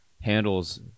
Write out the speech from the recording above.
handles